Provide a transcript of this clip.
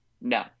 No